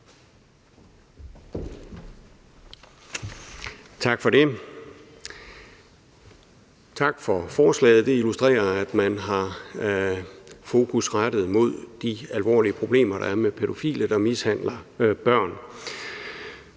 Tak for det, og tak for forslaget. Det illustrerer, at man har fokus rettet mod de alvorlige problemer, der er med pædofile, der mishandler børn.